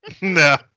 No